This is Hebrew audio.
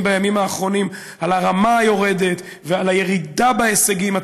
בימים האחרונים על הרמה היורדת ועל הירידה בהישגים,